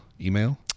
email